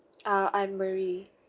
uh I'm mary